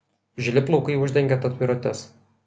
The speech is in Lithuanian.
žili plaukai uždengė tatuiruotes